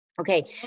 Okay